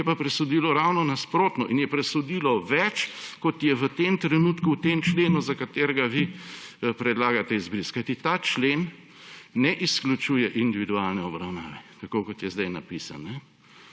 ki je pa presodilo ravno nasprotno. Presodilo je več, kot je v tem trenutku v tem členu, za katerega vi predlagate izbris, kajti ta člen ne izključuje individualne obravnave, tako kot je sedaj napisan,